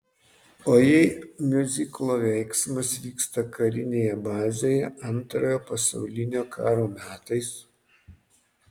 o jei miuziklo veiksmas vyksta karinėje bazėje antrojo pasaulinio karo metais